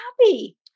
happy